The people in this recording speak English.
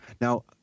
Now